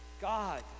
God